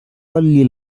only